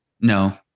no